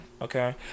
okay